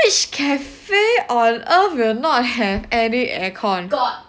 which cafe on earth will not have any air con